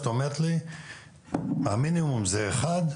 את אומרת שהמינימום זה אחד,